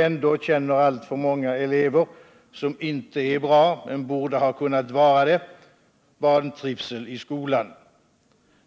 Ändå känner alltför många elever, som inte är bra men borde ha kunnat vara det, vantrivsel i skolan.